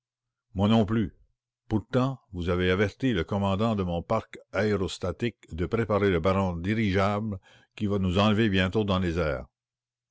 moi non plus pourtant vous avez averti le commandant de mon parc aérostatique de préparer le ballon dirigeable qui va nous enlever bientôt dans les airs